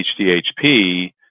HDHP